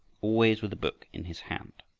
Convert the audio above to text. always with a book in his hand.